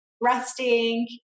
Resting